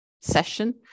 session